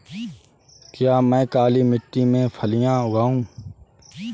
क्या मैं काली मिट्टी में फलियां लगाऊँ?